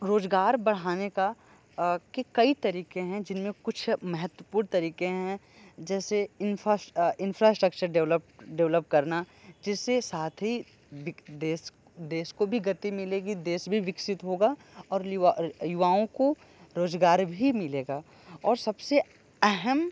रोजगार बढ़ाने का कि कई तरीकें है जिनमें कुछ महत्वपूर्ण तरीकें है जैसे इन्फ्रास्ट्रक्चर डेवलप डेवलप करना जिससे साथ ही देश देश को भी गति मिलेगी देश भी विकसित होगा और युवाओं को रोजगार भी मिलेगा और सबसे अहम